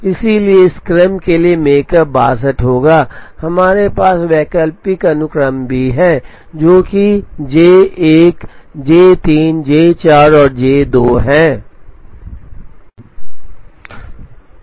इसलिए इस क्रम के लिए मेकप 62 होगा हमारे पास एक वैकल्पिक अनुक्रम भी है जो कि J 1 J 3 J 4 और J 2 है